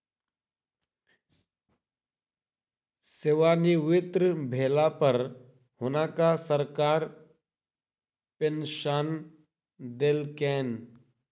सेवानिवृत भेला पर हुनका सरकार पेंशन देलकैन